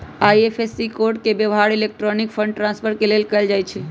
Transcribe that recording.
IFSC code के व्यव्हार electronic fund transfer के लेल कएल जाइ छइ